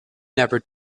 never